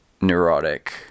neurotic